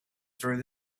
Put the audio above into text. through